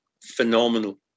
phenomenal